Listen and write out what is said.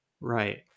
Right